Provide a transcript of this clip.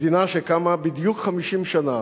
מדינה שקמה בדיוק 50 שנה